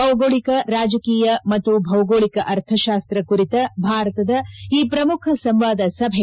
ಭೌಗೋಳಕ ರಾಜಕೀಯ ಮತ್ತು ಭೌಗೋಳಕ ಅರ್ಥಶಾಸ್ತ ಕುರಿತ ಭಾರತದ ಈ ಶ್ರಮುಖ ಸಂವಾದ ಸಭೆ